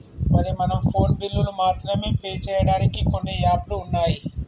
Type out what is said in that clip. మరి మనం ఫోన్ బిల్లులు మాత్రమే పే చేయడానికి కొన్ని యాప్లు ఉన్నాయి